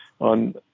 on